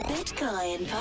Bitcoin